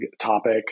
topic